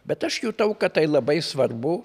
bet aš jutau kad tai labai svarbu